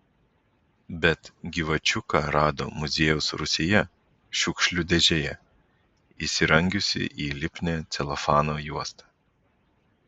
bet gyvačiuką rado muziejaus rūsyje šiukšlių dėžėje įsirangiusį į lipnią celofano juostą